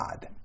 God